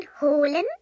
holen